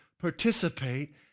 participate